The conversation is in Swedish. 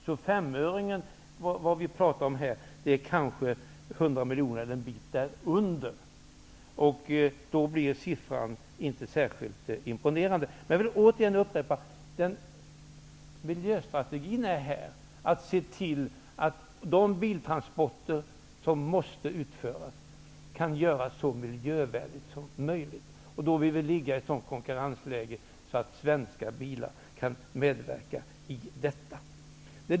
Den femöring som vi har talat om kanske gör totalt 100 miljoner eller en bit därunder. Då blir beloppet inte särskilt imponerande. Jag vill upprepa att miljöstrategin är att se till att de biltransporter som måste utföras kan utföras så miljövänligt som möjligt. Då vill vi ligga i ett sådant konkurrensläge att svenska bilar kan medverka.